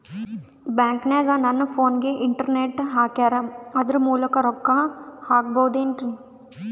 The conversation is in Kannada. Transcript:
ಬ್ಯಾಂಕನಗ ನನ್ನ ಫೋನಗೆ ಇಂಟರ್ನೆಟ್ ಹಾಕ್ಯಾರ ಅದರ ಮೂಲಕ ರೊಕ್ಕ ಹಾಕಬಹುದೇನ್ರಿ?